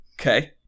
Okay